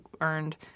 earned